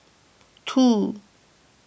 two